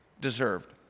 deserved